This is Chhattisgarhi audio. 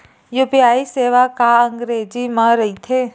यू.पी.आई सेवा का अंग्रेजी मा रहीथे?